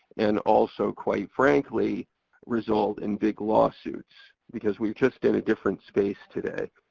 and also quite frankly result in big lawsuits. because we're just in a different space today.